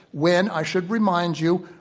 when, i should remind you,